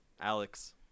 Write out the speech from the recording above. Alex